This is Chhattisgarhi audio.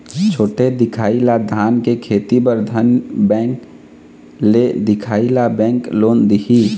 छोटे दिखाही ला धान के खेती बर धन बैंक ले दिखाही ला बैंक लोन दिही?